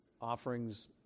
Offerings